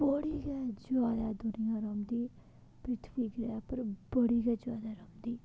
बड़ी गै ज्यादा दुनिया रौंह्दी पृथ्वी ग्रैह् उप्पर बड़ी गै ज्यादा रौंह्दी